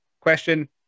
Question